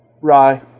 rye